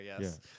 yes